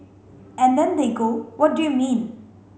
and then they go what do you mean